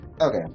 okay